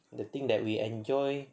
the thing that we enjoy